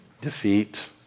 defeat